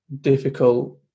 difficult